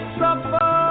suffer